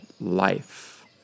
life